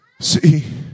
See